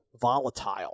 volatile